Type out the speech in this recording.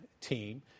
team